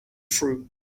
fruit